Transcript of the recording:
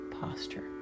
posture